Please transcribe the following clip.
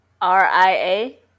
R-I-A